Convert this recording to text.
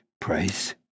praise